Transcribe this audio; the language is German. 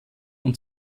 und